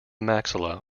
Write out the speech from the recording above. maxilla